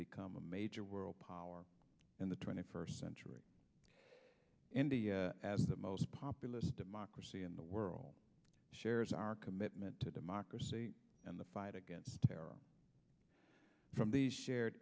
become a major world power in the twenty first century and as the most populous democracy in the world shares our commitment to democracy and the fight against terror from the shared